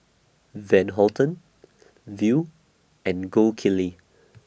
Van Houten Viu and Gold Kili